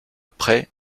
près